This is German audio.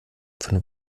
von